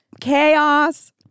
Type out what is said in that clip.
chaos